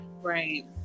Right